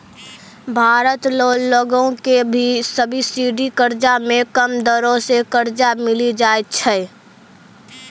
भारत रो लगो के भी सब्सिडी कर्जा मे कम दरो मे कर्जा मिली जाय छै